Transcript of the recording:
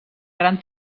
gran